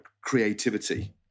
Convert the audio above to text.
creativity